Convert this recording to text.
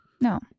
No